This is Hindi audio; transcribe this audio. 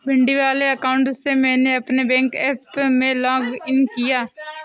भिंड वाले अकाउंट से मैंने अपने बैंक ऐप में लॉग इन किया